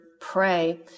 pray